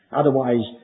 otherwise